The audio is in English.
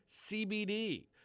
CBD